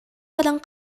баран